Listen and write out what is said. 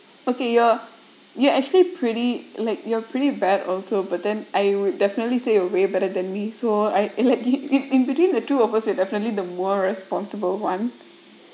okay you're you actually pretty like you're pretty bad also but then I would definitely say you way better than me so I let the in between the two of us you're definitely the more responsible one